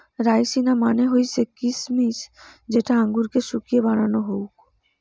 রাইসিনা মানে হৈসে কিছমিছ যেটা আঙুরকে শুকিয়ে বানানো হউক